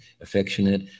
affectionate